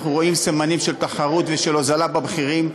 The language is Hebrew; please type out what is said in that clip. אנחנו רואים סממנים של תחרות והורדת מחירים,